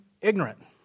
ignorant